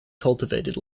cultivated